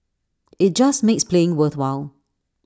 IT just makes playing worthwhile